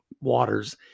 Waters –